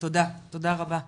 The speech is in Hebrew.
תודה, תודה רבה.